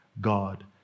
God